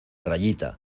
rayita